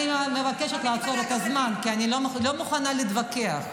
אני מבקשת לעצור את הזמן כי אני לא מוכנה להתווכח.